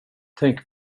tänk